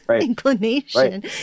inclination